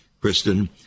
Kristen